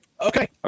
Okay